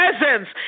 presence